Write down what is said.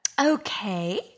Okay